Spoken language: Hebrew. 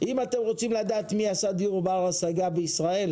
אם אתם רוצים לדעת מי עשה דיור בר השגה בישראל,